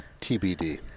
TBD